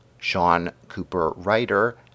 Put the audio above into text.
seancooperwriter